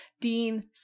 dean